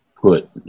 put